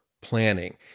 planning